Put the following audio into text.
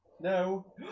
No